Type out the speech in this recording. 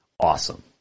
awesome